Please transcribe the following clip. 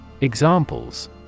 Examples